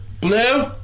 Blue